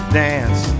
dance